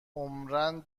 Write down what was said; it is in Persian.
عمرا